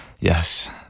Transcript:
Yes